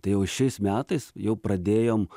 tai jau šiais metais jau pradėjom